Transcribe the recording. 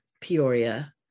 Peoria